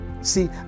See